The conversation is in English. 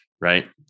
right